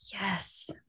Yes